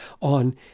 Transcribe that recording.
on